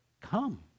Come